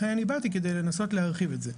לכן באתי כדי לנסות להרחיב את זה.